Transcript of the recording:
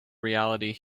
reality